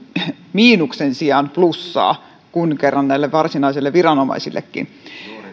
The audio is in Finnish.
miinuksen sijaan plussaa kun kerran näille varsinaisille viranomaisillekin